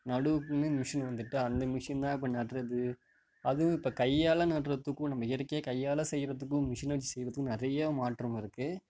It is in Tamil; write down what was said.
நடவுக்குனு மிஷின் வந்துட்டு அந்த மிஷின் தான் இப்போ நடுறது அதுவே இப்போ கையால் நடுறத்துக்கும் நம்ம இயற்கையாக கையால் செய்கிறத்துக்கும் மிஷினை வச்சு செய்கிறத்துக்கும் நிறையா மாற்றம் இருக்குது